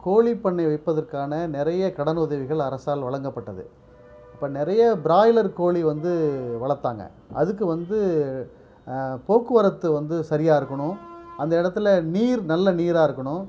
கோழி பண்ணை வைப்பதற்கான நிறைய கடன் உதவிகள் அரசால் வழங்கப்பட்டது அப்போ நிறைய ப்ராய்லர் கோழி வந்து வளர்த்தாங்க அதுக்கு வந்து போக்குவரத்து வந்து சரியா இருக்கணும் அந்த இடத்துல நீர் நல்ல நீராக இருக்கணும்